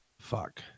fuck